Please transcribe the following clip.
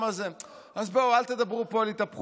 אז בואו, אל תדברו פה על התהפכות.